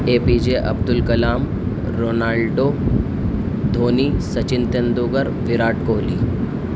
a P J Abdul Kalam Ronaldo Dhoni Sachin Tendulkar Virat Kohli